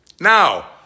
Now